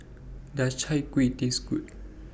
Does Chai Kuih Taste Good